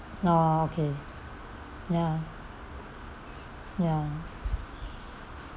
oh okay ya ya